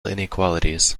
inequalities